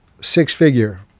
six-figure